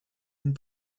and